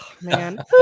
man